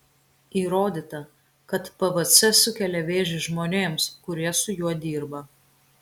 įrodyta kad pvc sukelia vėžį žmonėms kurie su juo dirba